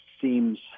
seems